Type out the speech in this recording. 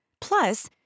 Plus